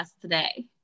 today